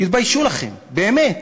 תתביישו לכם, באמת.